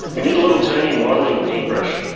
we need a little, tiny, modeling paint brush.